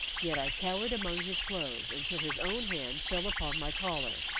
yet i cowered among his clothes until his own hand fell upon my collar,